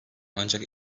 ancak